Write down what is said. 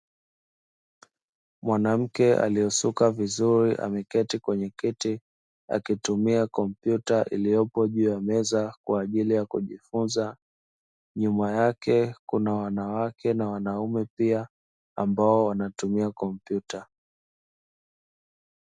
Mwanamke aliyesuka vizuri ameketi kwenye kiti akitumia komptuta iliyopo juu ya meza kwaajili ya kujifunza, nyuma yake kuna wanawake na wanaume pia ambao wanatumia kompyuta.